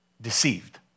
Deceived